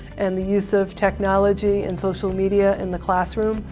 and the use of technology and social media in the classroom.